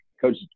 Coach